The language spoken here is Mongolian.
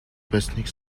байсныг